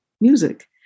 music